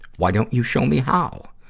why don't you show me how?